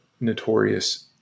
notorious